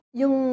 yung